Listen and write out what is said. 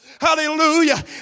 hallelujah